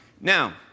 Now